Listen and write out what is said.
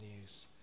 news